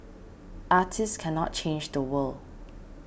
artists cannot change the world